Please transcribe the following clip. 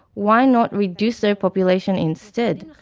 why not reduce their population instead?